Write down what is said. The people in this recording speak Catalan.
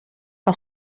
que